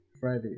Friday